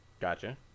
Gotcha